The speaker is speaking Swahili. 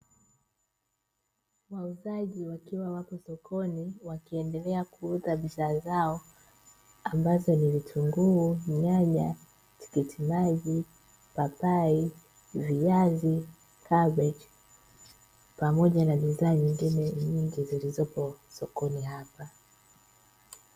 Wauzaji wakiwa wapo sokoni wakiendelea kuuza bidhaa zao ambazo ni vitunguu, nyanya, tikiti maji, papai, viazi, kabichi pamoja na bidhaa nyingine nyingi zilizopo sokoni hapa.